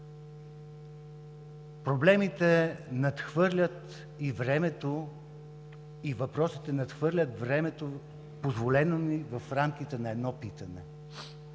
Проблемите надхвърлят и времето, и въпросите надхвърлят времето, позволено ни в рамките на едно питане.